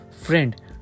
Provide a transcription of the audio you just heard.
friend